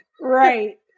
right